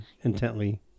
intently